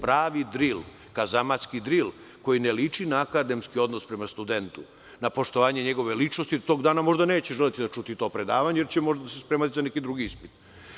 Pravi dril, kazamatski dril, koji ne liči na akademski odnos prema studentu, na poštovanje njegove ličnosti, jer tog dana možda neće želeti da čuje to predavanje ili će se možda spremati za neki drugi ispit.